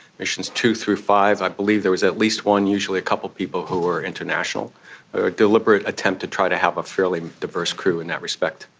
missions two through five, i believe there was at least one, usually a couple of people who were international, a deliberate attempt to try to have a fairly diverse crew in that respect.